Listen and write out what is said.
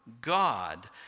God